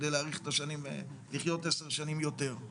כדי להאריך את השנים ולחיות 10 שנים יותר.